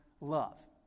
love